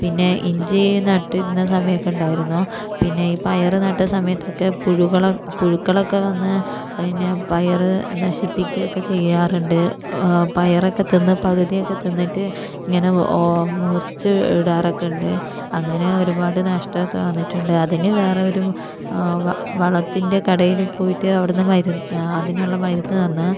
പിന്നെ ഇഞ്ചി നട്ടിരുന്ന സമയമൊക്കെ ഉണ്ടായിരുന്നു പിന്നെ ഈ പയറ് നട്ട സമയത്തൊക്കെ പുഴുകള പുഴുക്കളൊക്കെ വന്ന് പിന്നെ പയറ് നശിപ്പിക്കുകയൊക്കെ ചെയ്യാറുണ്ട് പയറൊക്കെ തിന്ന് പകുതിയൊക്കെ തിന്നിട്ട് ഇങ്ങനെ മുറിച്ച് ഇടാറൊക്കെ ഇണ്ട് അങ്ങനെ ഒരുപാട് നഷ്ടം ഒക്കെ വന്നിട്ടുണ്ട് അതിന് വേറെ ഒരു വ വളത്തിൻ്റെ കടയില് പോയിട്ട് അവിടുന്ന് മരു അതിനുള്ള മരുന്ന് തന്ന്